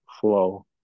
flow